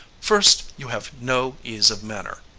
first you have no ease of manner.